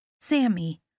Sammy